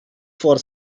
for